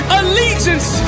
allegiance